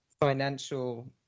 financial